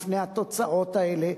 לפני התוצאות האלה,